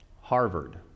Harvard